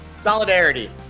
Solidarity